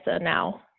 now